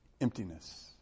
emptiness